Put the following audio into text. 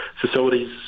facilities